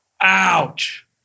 Ouch